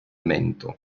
mento